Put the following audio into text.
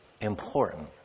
important